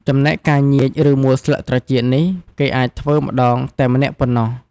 ចំណែការញៀច ឬ មួលស្លឹកត្រចៀកនេះ គេអាចធ្វើម្ដងតែម្នាក់ប៉ុណ្ណោះ។